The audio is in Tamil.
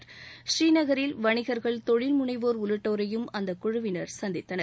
பூநீநகரில் வணிகர்கள் தொழில்முனைவோர் உள்ளிட்டோரையும் அந்த குழுவினர் சந்தித்தனர்